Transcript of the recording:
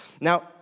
Now